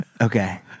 Okay